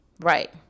Right